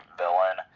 villain